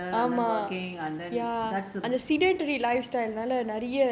like we are all sitting together and then working and then that's the